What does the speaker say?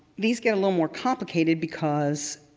these get a little more complicated because